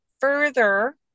further